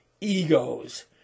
egos